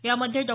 यामध्ये डॉ